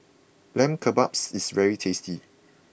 Lamb Kebabs is very tasty